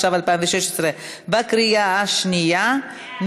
התשע"ו 2016, בקריאה השנייה.